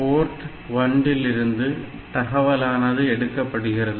board 1 லிருந்து தகவலானது எடுக்கப்படுகிறது